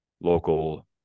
local